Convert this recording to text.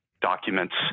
documents